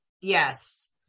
Yes